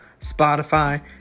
Spotify